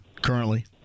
currently